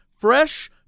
Fresh